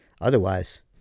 Otherwise